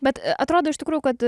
bet atrodo iš tikrųjų kad